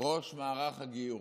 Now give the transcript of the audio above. ראש מערך גיור.